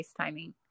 FaceTiming